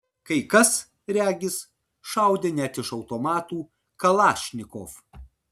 kai kas regis šaudė net iš automatų kalašnikov